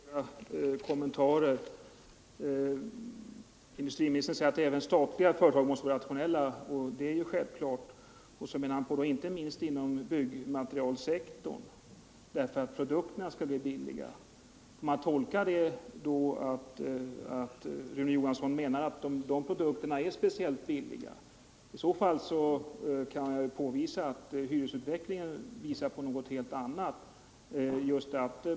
Herr talman! Bara några kommentarer. Industriministern säger att även statliga företag måste arbeta rationellt —- vilket ju är självklart — och han tillade att inte minst inom byggnadsmaterialsektorn måste produkterna bli billiga. Får jag tolka industriministerns ord så, att han menar att de produkterna är speciellt billiga? I så fall vill jag invända att hyresutvecklingen visar på något helt annat.